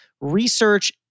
research